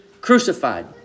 crucified